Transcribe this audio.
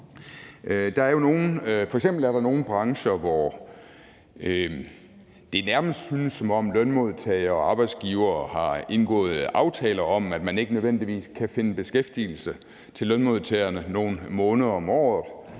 F.eks. er der nogle brancher, hvor det nærmest synes, som om lønmodtagere og arbejdsgivere har indgået aftaler om, at man ikke nødvendigvis kan finde beskæftigelse til lønmodtagerne nogle måneder om året,